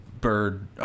bird